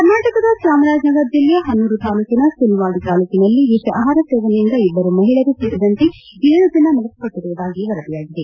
ಕರ್ನಾಟಕದ ಚಾಮರಾಜನಗರ ಜಿಲ್ಲೆಯ ಪನೂರು ತಾಲೂಕಿನ ಸುಲ್ನಾಡಿ ತಾಲೂಕಿನಲ್ಲಿ ವಿಷಾಪಾರ ಸೇವನೆಯಿಂದ ಇಬ್ಬರು ಮಹಿಳೆಯರು ಸೇರಿದಂತೆ ಏಳು ಜನ ಮೃತಪಟ್ಟಿರುವುದಾಗಿ ವರದಿಯಾಗಿದೆ